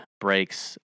breaks